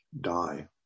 Die